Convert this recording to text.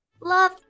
Love